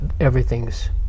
everything's